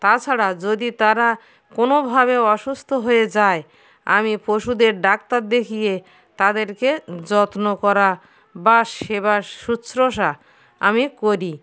তাছাড়া যদি তারা কোনোভাবেও অসুস্থ হয়ে যায় আমি পশুদের ডাক্তার দেখিয়ে তাদেরকে যত্ন করা বা সেবা শুশ্রূষা আমি করি